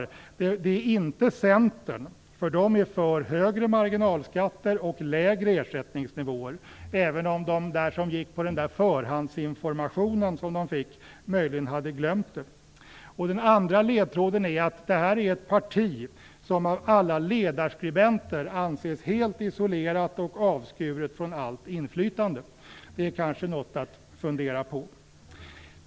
Den ena ledtråden är att det inte är Centern, för det är för högre marginalskatter och lägre ersättningsnivåer, även om de som gick på den där förhandsinformationen som de fick möjligen hade glömt det. Den andra ledtråden är att det här är ett parti som av alla ledarskribenter anses helt isolerat och avskuret från allt inflytande. Det är kanske något att fundera på.